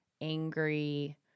angry